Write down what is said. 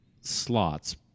slots